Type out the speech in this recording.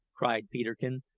cried peterkin,